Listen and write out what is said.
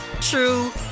true